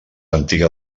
antiga